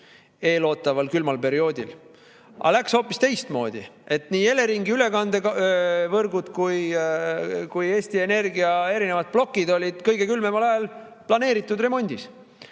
eesootaval külmal perioodil. Aga läks hoopis teistmoodi. Nii Eleringi ülekandevõrgud kui ka Eesti Energia erinevad plokid olid kõige külmemal ajal planeeritud remondis.